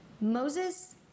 Moses